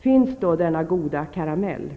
Finns då denna goda karamell?